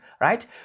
right